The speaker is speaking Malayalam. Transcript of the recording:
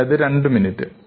അതായത് രണ്ട് മിനിറ്റ്